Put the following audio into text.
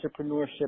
entrepreneurship